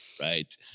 right